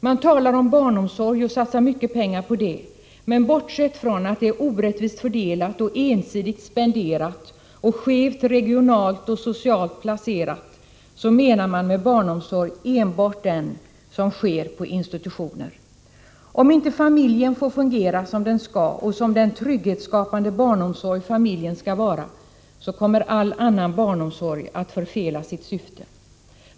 Man talar om barnomsorg och satsar mycket pengar på den, men bortsett från att den är orättvist fördelad och ensidigt spenderad och skevt regionalt och socialt planerad, så menar man med barnomsorg enbart den som sker på institutioner. Om inte familjen får fungera som den skall och som den trygghetsskapande barnomsorg familjen skall vara så kommer all annan barnomsorg att förfela sitt syfte.